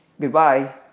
Goodbye